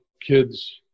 kids